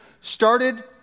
started